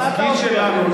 התפקיד שלנו,